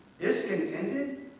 Discontented